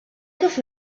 kif